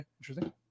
Interesting